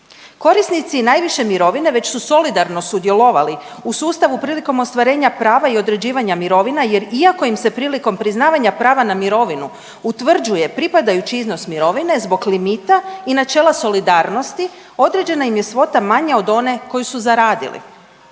Korisnici najviše mirovine već su solidarno sudjelovali u sustavu prilikom ostvarenja prava i određivanja mirovina jer iako im se prilikom priznavanja prava na mirovinu utvrđuje pripadajući iznos mirovine zbog limita i načela solidarnosti, određena im je svota manja od one koju su zaradili.